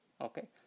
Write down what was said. okay